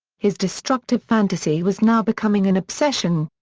his destructive fantasy was now becoming an obsession.